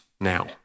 now